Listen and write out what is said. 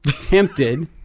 tempted